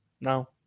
no